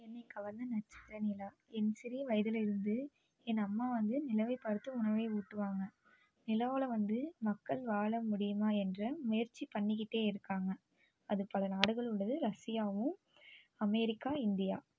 என்னை கவர்ந்த நட்சத்திரம் நிலா என் சிறிய வயதுலேருந்து என் அம்மா வந்து நிலவை பார்த்து உணவை ஊட்டுவாங்க நிலவில் வந்து மக்கள் வாழ முடியுமா என்ற முயற்சி பண்ணிக்கிட்டே இருக்காங்க அது பல நாடுகளோடு ரஷ்யாவும் அமெரிக்கா இந்தியா